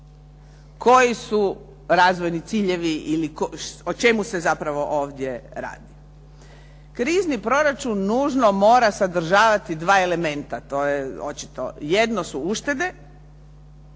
koji su razvojni ciljevi ili o čemu se zapravo ovdje radi. Krizni proračun nužno mora sadržavati dva elementa, to je očito,